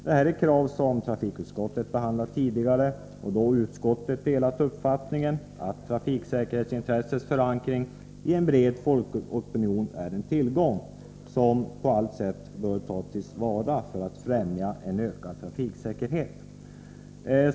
Det här är krav som trafikutskottet behandlat tidigare. Då har utskottet delat uppfattningen att trafiksäkerhetsintressets förankring i en bred folkopinion är en tillgång som på allt sätt bör tas till vara för att främja en ökad trafiksäkerhet.